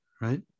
right